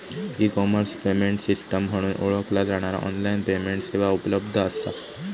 E commerce payment system म्हणून ओळखला जाणारा ऑनलाइन पेमेंट सेवा उपलब्ध असा